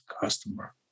customer